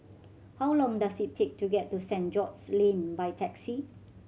how long does it take to get to Saint George's Lane by taxi